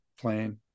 plane